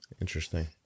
Interesting